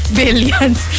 billions